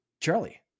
charlie